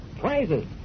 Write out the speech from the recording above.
Prizes